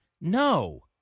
No